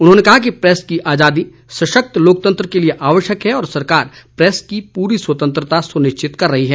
उन्होंने कहा कि प्रेस की आजादी सशक्त लोकतंत्र के लिए आवश्यक है और सरकार प्रेस की पूरी स्वतंत्रता सुनिश्चित कर रही है